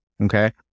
Okay